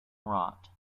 rot